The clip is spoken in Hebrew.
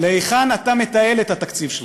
להיכן אתה מתעל את התקציב שלך,